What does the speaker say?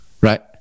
Right